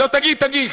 לא, תגיד, תגיד.